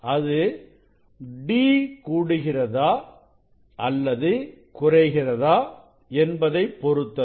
அது d கூடுகிறதா அல்லது குறைகிறதா என்பதை பொறுத்தது